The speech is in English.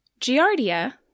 giardia